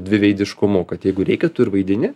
dviveidiškumu kad jeigu reikia tu ir vaidini